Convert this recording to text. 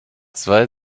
zwei